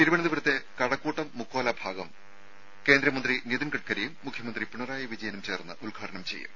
തിരുവനന്തപുരത്തെ കഴക്കൂട്ടം മുക്കോല ഭാഗം കേന്ദ്രമന്ത്രി നിതിൻ ഗഡ്കരിയും മുഖ്യമന്ത്രി പിണറായി വിജയനും ചേർന്ന് ഉദ്ഘാടനം ചെയ്യും